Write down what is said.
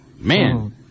Man